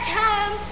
time